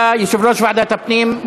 אתה יושב-ראש ועדת הפנים,